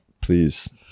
Please